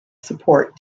support